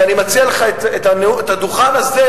ואני מציע לך את הדוכן הזה,